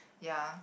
ya